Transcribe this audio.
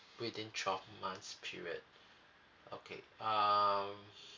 within twelve months period okay um